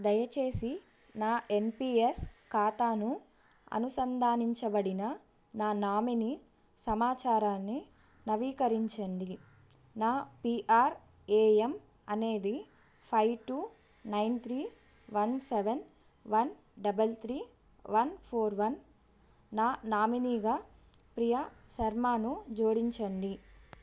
దయచేసి నా N P S ఖాతాను అనుసంధానించబడిన నా నామిని సమాచారాన్ని నవీకరించండి నా పీ ఆర్ ఏ ఎమ్ అనేది five two nine three one seven one double three one four one నా నామినీగా ప్రియ శర్మను జోడించండి